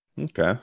Okay